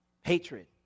hatred